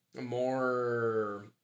more